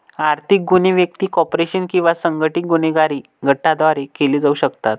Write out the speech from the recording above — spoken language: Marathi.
आर्थिक गुन्हे व्यक्ती, कॉर्पोरेशन किंवा संघटित गुन्हेगारी गटांद्वारे केले जाऊ शकतात